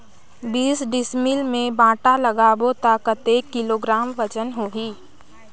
बीस डिसमिल मे भांटा लगाबो ता कतेक किलोग्राम वजन होही?